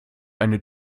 eine